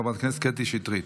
חברת הכנסת קטי שטרית.